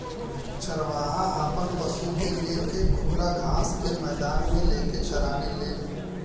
चरवाहा आपन पशु के ले के खुला घास के मैदान मे लेके चराने लेन